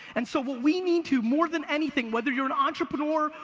and so what we need to, more than anything, whether you're an entrepreneur,